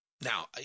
now